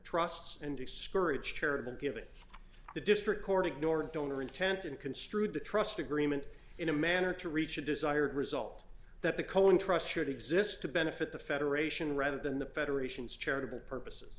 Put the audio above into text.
trusts and discourage charitable giving the district court ignored donor intent and construed the trust agreement in a manner to reach a desired result that the cone trust should exist to benefit the federation rather than the federation's charitable purposes